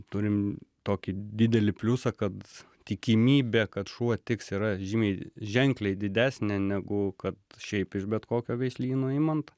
turim tokį didelį pliusą kad tikimybė kad šuo tiks yra žymiai ženkliai didesnė negu kad šiaip iš bet kokio veislyno imant